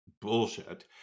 Bullshit